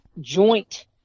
joint